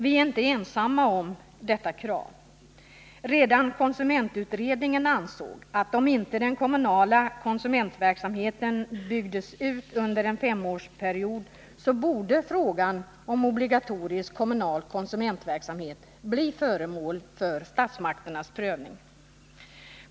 Vi är inte ensamma om detta. Redan konsumentutredningen ansåg att om inte den kommunala konsumentverksamheten byggdes ut under en femårsperiod så borde frågan om obligatorisk kommunal konsumentverksamhet bli föremål för statsmakternas prövning.